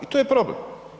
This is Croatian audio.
I to je problem.